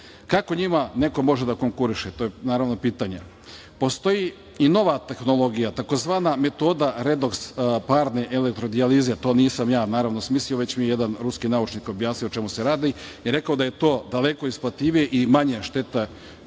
Kako njima neko može da konkuriše, to je pitanje. Postoji i nova tehnologija, tzv. metoda redoks parne elektrodijalize. To nisam ja smislio, već mi je jedan ruski naučnik objasnio o čemu se radi i rekao da je to daleko isplativije i manje štetna